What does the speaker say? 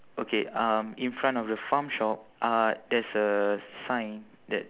okay um in front of the farm shop uh there's a sign that